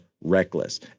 reckless